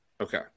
Okay